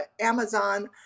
amazon